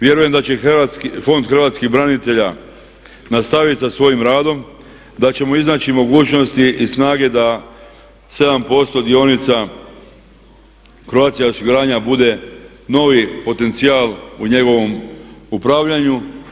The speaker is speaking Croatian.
Vjerujem da će Fond hrvatskih branitelja nastavit sa svojim radom, da ćemo iznaći mogućnosti i snage da 7% dionica Croatia osiguranja bude novi potencijal u njegovom upravljanju.